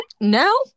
No